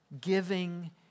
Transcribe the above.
giving